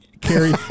Carrie